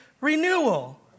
Renewal